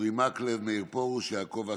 אורי מקלב, מאיר פרוש, יעקב אשר,